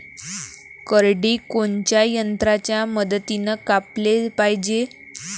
करडी कोनच्या यंत्राच्या मदतीनं कापाले पायजे?